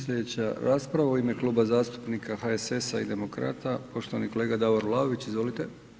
Slijedeća rasprava u ime Kluba zastupnika HSS-a i Demokrata, poštovani kolega Davor Vlaović, izvolite.